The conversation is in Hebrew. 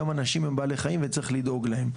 גם אנשים הם בעלי חיים וצריך לדאוג להם.